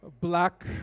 black